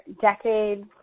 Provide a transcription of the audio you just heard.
decades